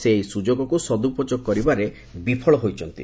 ସେ ଏହି ସୁଯୋଗକୁ ସଦୁପଯୋଗ କରିବାରେ ବିଫଳ ହୋଇଛନ୍ତି